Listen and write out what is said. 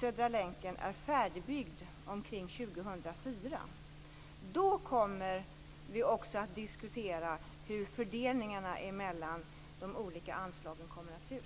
Södra länken är färdigbyggd omkring 2004. Då kommer vi också att diskutera hur fördelningarna mellan de olika anslagen kommer att se ut.